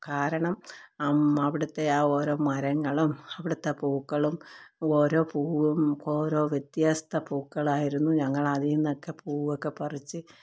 കാരണം അവിടുത്തെ ആ ഓരോ മരങ്ങളും അവിടുത്തെ പൂക്കളും ഓരോ പൂവും ഓരോ വ്യത്യസ്ത പൂക്കളായിരുന്നു ഞങ്ങൾ അതീനൊക്കെ പൂവൊക്കെ പറിച്ച്